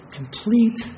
complete